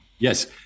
Yes